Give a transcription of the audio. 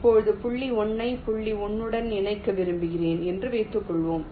இப்போது புள்ளி 1 ஐ புள்ளி 1 உடன் இணைக்க விரும்புகிறேன் என்று வைத்துக்கொள்வோம்